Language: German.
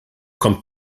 kommt